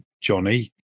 Johnny